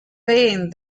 vain